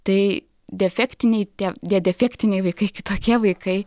tai defektiniai tie defektiniai vaikai kitokie vaikai